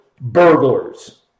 burglars